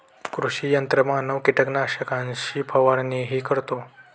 कृषी यंत्रमानव कीटकनाशकांची फवारणीही करतो